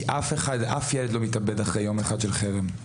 אף ילד לא מתאבד אחרי יום אחד של חרם.